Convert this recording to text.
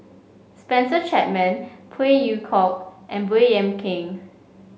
Spencer Chapman Phey Yew Kok and Baey Yam Keng